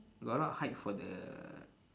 got a lot of hype for the